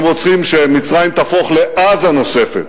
הם רוצים שמצרים תהפוך לעזה נוספת,